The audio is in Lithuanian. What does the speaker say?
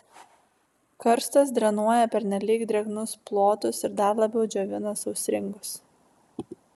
karstas drenuoja pernelyg drėgnus plotus ir dar labiau džiovina sausringus